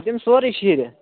بہٕ دِم سورٕے شیٖرِتھ